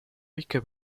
ricche